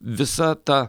visa ta